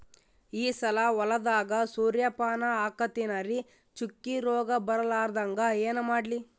ಈ ಸಲ ಹೊಲದಾಗ ಸೂರ್ಯಪಾನ ಹಾಕತಿನರಿ, ಚುಕ್ಕಿ ರೋಗ ಬರಲಾರದಂಗ ಏನ ಮಾಡ್ಲಿ?